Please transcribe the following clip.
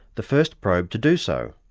the first probe to do so.